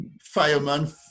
fireman